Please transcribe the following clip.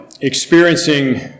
experiencing